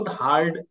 hard